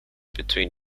between